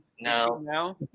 No